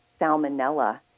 salmonella